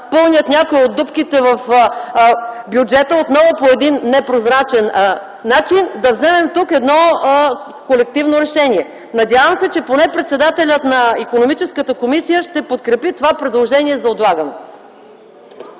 пълнят някои от дупките в бюджета отново по непрозрачен начин, да вземем колективно решение. Надявам се, че поне председателят на Икономическата комисия ще подкрепи това предложение за отлагане.